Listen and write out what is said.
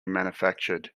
manufactured